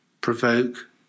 provoke